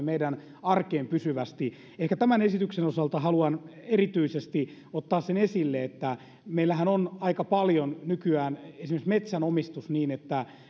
meidän arkeemme pysyvästi ehkä tämän esityksen osalta haluan erityisesti ottaa esille sen että meillähän on aika paljon nykyään esimerkiksi metsänomistus niin että